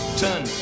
turn